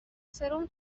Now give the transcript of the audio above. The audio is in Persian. سرم